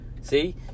See